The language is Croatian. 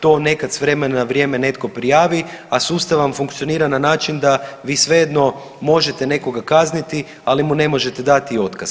To nekad s vremena na vrijeme netko prijavi a sustav vam funkcionira na način da vi svejedno možete nekoga kazniti, ali mu ne možete dati otkaz.